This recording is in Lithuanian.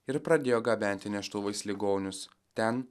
ir pradėjo gabenti neštuvais ligonius ten